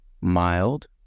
mild